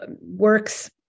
works